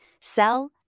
sell